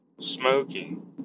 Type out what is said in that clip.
Smoking